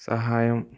సహాయం